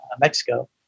Mexico